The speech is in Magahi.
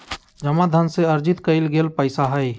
जमा धन से अर्जित कइल गेल पैसा हइ